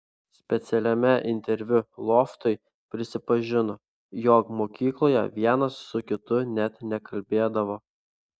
specialiame interviu loftui prisipažino jog mokykloje vienas su kitu net nekalbėdavo